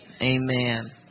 Amen